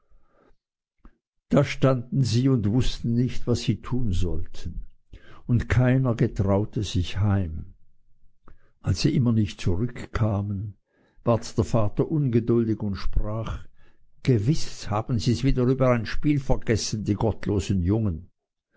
da standen sie und wußten nicht was sie tun sollten und keiner getraute sich heim als sie immer nicht zurückkamen ward der vater ungeduldig und sprach gewiß haben sies wieder über ein spiel vergessen die gottlosen jungen